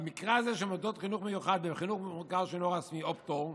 במקרה הזה של מוסדות לחינוך מיוחד או חינוך מיוחד שאינו רשמי או פטור,